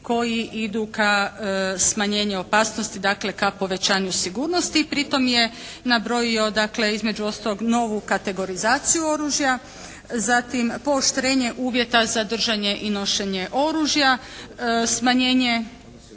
koji idu ka smanjenju opasnosti, dakle ka povećanju sigurnosti. I pri tom je nabrojio dakle između ostalog novu kategorizaciju oružja, zatim pooštrenje uvjete za držanje i nošenje oružja, smanjenje